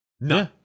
No